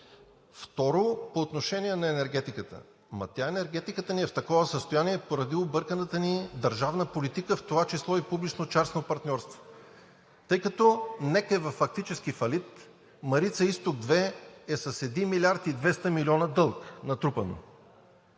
Второ, по отношение на енергетиката. Тя – енергетиката, ни е в такова състояние поради обърканата ни държавна политика, в това число и публично-частното партньорство. Тъй като НЕК е във фактически фалит, „Марица Изток 2“ е с 1 млрд. 200 млн. лв. натрупан